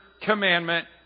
commandment